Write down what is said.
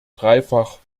dreifach